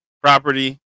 property